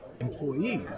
employees